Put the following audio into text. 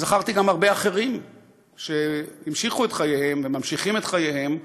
זכרתי גם הרבה אחרים שהמשיכו את חייהם וממשיכים את חייהם,